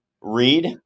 read